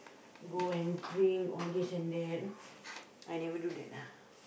go and drink all this know that I never do that ah